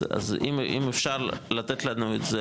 אז אם אפשר לתת לנו את זה,